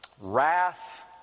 wrath